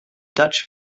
dutch